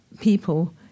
people